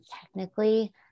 technically